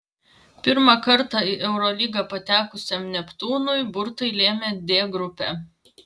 pirmą kartą į eurolygą patekusiam neptūnui burtai lėmė d grupę